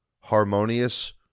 harmonious